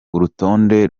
urutonde